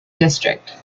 district